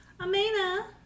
Amina